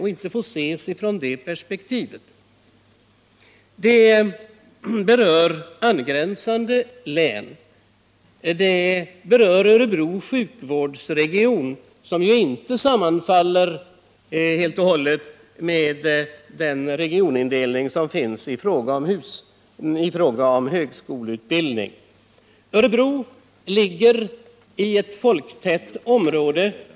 Den berör också angränsande län som omfattas av Örebro sjukvårdsregion; indelningen i sjukvårdsregioner sammanfaller inte helt med den regionindelning som gäller för högskoleutbildningen. Örebro ligger i ett folktätt område.